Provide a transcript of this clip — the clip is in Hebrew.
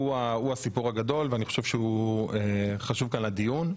הסיפור הגדול ואני חושב שהוא חשוב כאן לדיון.